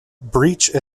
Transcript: breach